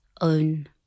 own